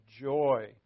joy